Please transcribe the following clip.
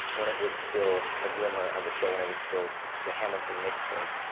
when it was still a glimmer of a show, when it was still the hamilton mixtape.